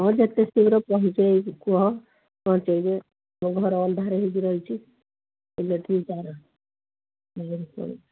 ହଁ ଯେତେ ଶୀଘ୍ର ପହଞ୍ଚେଇ କୁହ ପହଞ୍ଚେଇବେ ମୋ ଘର ଅନ୍ଧାରେ ହେଇକି ରହିଛିି ହେଲେ ଇଲେକଟ୍ରି ତାର